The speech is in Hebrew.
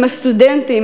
עם הסטודנטים,